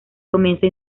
comienza